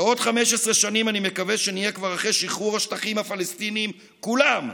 בעוד 15 שנים אני מקווה שנהיה כבר אחרי שחרור השטחים הפלסטיניים כולם.